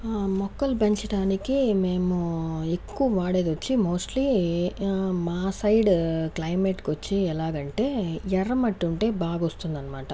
మొక్కలు పెంచడానికి మేము ఎక్కువ వాడేది వచ్చి మోస్ట్లీ మా సైడ్ క్లైమేట్కి వచ్చి ఎలాగంటే ఎర్రమట్టుంటే బాగా వస్తుంది అనమాట